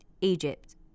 Egypt